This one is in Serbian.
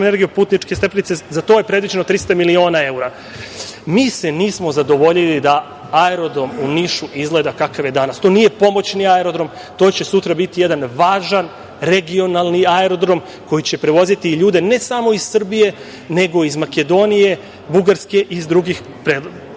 energijom, putničke stepenice, za to je predviđeno 300 miliona evra. Mi se nismo zadovoljili da aerodrom u Nišu izgleda kakav je danas. To nije pomoćni aerodrom, to će sutra biti jedan važan, regionalni aerodrom koji će prevoziti ljude, ne samo iz Srbije, nego iz Makedonije, Bugarske i drugih